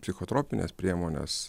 psichotropines priemones